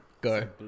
go